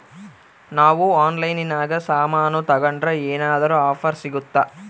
ನಾವು ಆನ್ಲೈನಿನಾಗ ಸಾಮಾನು ತಗಂಡ್ರ ಏನಾದ್ರೂ ಆಫರ್ ಸಿಗುತ್ತಾ?